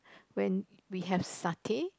when we have satay